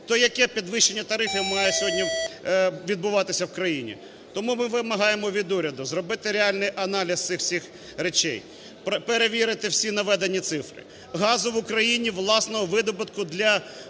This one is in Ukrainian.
То яке підвищення тарифів має сьогодні відбуватися в країні? Тому ми вимагаємо від уряду зробити реальний аналіз цих всіх речей –: перевірити всі наведені цифри. Газу в Україні власного видобутку для